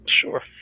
Sure